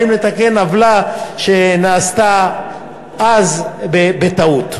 באים לתקן עוולה שנעשתה אז בטעות.